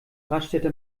raststätte